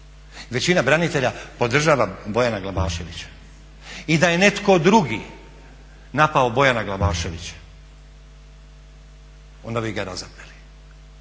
Većina branitelja podržava Bojana Glavaševića i da je netko drugi napao Bojana Glavaševića onda bi ga razapeli,